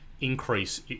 increase